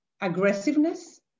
aggressiveness